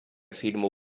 фільму